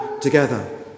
together